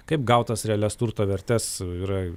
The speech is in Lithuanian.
kaip gautas realias turto vertes yra